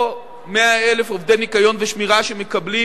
או כש-100,000 עובדי ניקיון ושמירה מקבלים